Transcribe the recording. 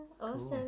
Awesome